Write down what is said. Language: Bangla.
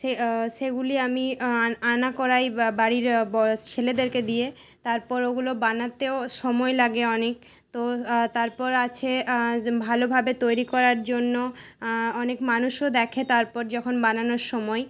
সেই সেগুলি আমি আনা করাই বাড়ির বয়স ছেলেদেরকে দিয়ে তারপর ওগুলো বানাতেও সময় লাগে অনেক তো তারপর আছে ভালোভাবে তৈরি করার জন্য অনেক মানুষও দেখে তারপর যখন বানানোর সময়